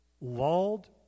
Lulled